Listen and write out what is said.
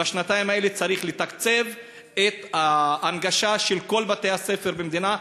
ובשנתיים האלה צריך לתקצב את ההנגשה של כל בתי-הספר במדינה,